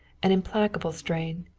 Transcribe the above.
an implacable strain.